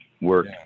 work